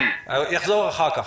יחזור אחר כך.